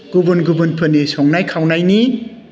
गुबुन गुबुनफोरनि संनाय खावनायनि